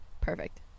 perfect